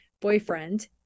boyfriend